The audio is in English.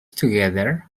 together